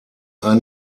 ein